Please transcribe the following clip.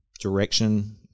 direction